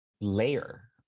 layer